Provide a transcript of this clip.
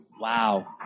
Wow